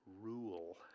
rule